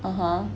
(uh huh)